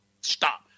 stop